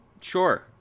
sure